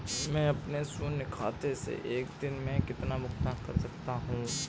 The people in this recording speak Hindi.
मैं अपने शून्य खाते से एक दिन में कितना भुगतान कर सकता हूँ?